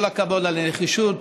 כל הכבוד על הנחישות,